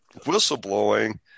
whistleblowing